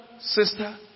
sister